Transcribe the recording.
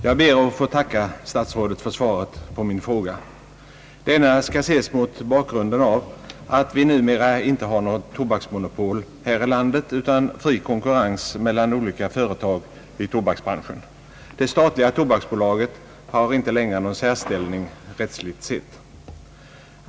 Herr talman! Jag tackar statsrådet för svaret på min fråga. Denna skall ses mot bakgrunden av att vi numera inte har något tobaksmonopol här i landet utan fri konkurrens mellan olika företag i tobaksbranschen. Det statliga tobaksbolaget har inte längre någon särställning, rättsligt sett.